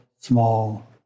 small